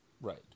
Right